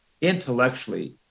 Intellectually